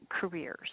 careers